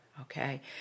Okay